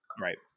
Right